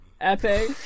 Epic